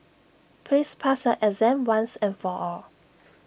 please pass your exam once and for all